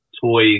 Toy